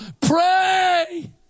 pray